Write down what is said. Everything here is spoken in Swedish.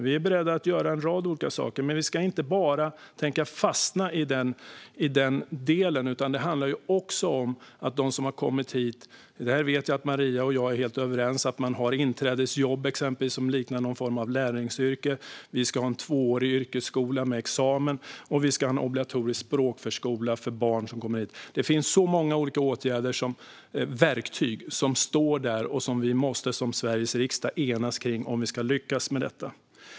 Vi är beredda att göra en rad olika saker, men vi ska inte fastna i bara den delen. Det handlar också om dem som kommer hit, och det vet jag att Maria och jag är helt överens om. Vi ska ha exempelvis inträdesjobb som liknar någon form av lärlingsyrken, vi ska ha en tvåårig yrkesskola med examen och vi ska ha en obligatorisk språkförskola för barn som kommer hit. Det finns många olika åtgärder och verktyg som vi i Sveriges riksdag måste enas kring om vi ska lyckas med detta.